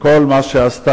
שכל מה שעשתה,